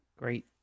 great